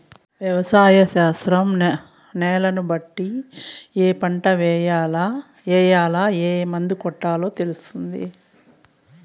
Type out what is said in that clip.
వ్యవసాయ శాస్త్రం న్యాలను బట్టి ఏ పంట ఏయాల, ఏం మందు కొట్టాలో తెలుపుతుంది